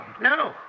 No